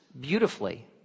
beautifully